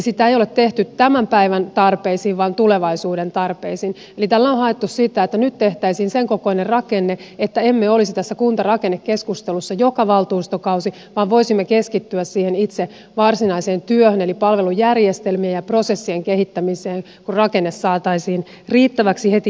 sitä ei ole tehty tämän päivän tarpeisiin vaan tulevaisuuden tarpeisiin eli tällä on haettu sitä että nyt tehtäisiin sen kokoinen rakenne että emme olisi tässä kuntarakennekeskustelussa joka valtuustokausi vaan voisimme keskittyä siihen itse varsinaiseen työhön eli palvelujärjestelmien ja prosessien kehittämiseen kun rakenne saataisiin riittäväksi heti kerralla